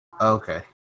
Okay